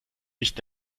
nicht